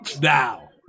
now